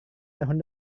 tahun